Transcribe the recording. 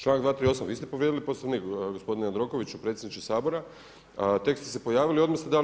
Članak 238., vi ste povrijedili Poslovnik gospodine Jandrokoviću, predsjedniče Sabora, tek ste se pojavili, odmah ste dali